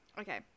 Okay